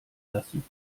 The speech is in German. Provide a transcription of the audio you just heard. lassen